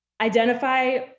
identify